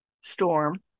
storm